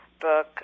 book